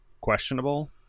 questionable